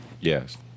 Yes